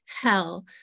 hell